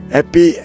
Happy